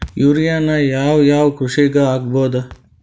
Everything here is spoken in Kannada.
ಯೂರಿಯಾನ ಯಾವ್ ಯಾವ್ ಕೃಷಿಗ ಹಾಕ್ಬೋದ?